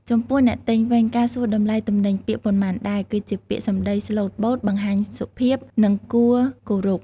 ចំពោះអ្នកទិញវិញ ការសួរតម្លៃទំនិញពាក្យ “ប៉ុន្មានដែរ” គឺជាពាក្យសម្ដីស្លូតបូត បង្ហាញសុភាព និងគួរគោរព។